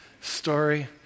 story